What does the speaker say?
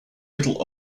middle